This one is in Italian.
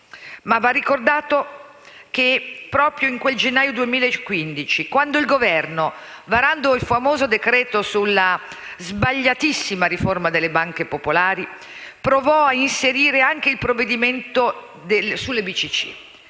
Va però ricordato che proprio nel gennaio 2015 il Governo, varando il famoso decreto sulla sbagliatissima riforma delle banche popolari, provò a inserire anche il provvedimento sulle